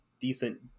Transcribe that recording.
decent